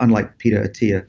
unlike peter attia,